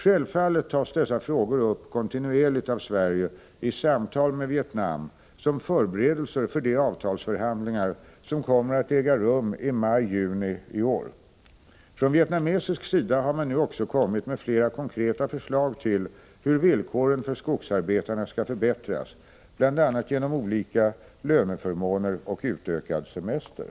Självfallet tas dessa frågor upp kontinuerligt av Sverige i samtal med Vietnam som förberedelser för de avtalsförhandlingar som kommer att äga rum i maj-juni i år. Från vietnamesisk sida har man nu också kommit med flera konkreta förslag till hur villkoren för skogsarbetarna skall förbättras, bl.a. genom olika löneförmåner och utökad semester.